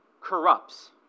corrupts